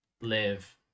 Live